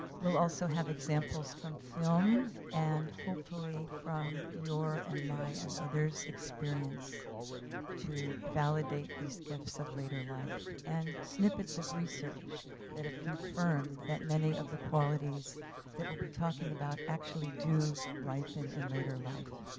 we'll also have examples from film, and hopefully, from your and my and other's experience to validate these gifts of later life. and snippets of research that have confirmed that many of the qualities that we'll be talking about actually do ripen in later life.